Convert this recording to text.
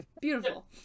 Beautiful